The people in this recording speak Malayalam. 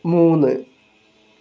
മൂന്ന്